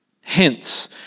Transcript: Hence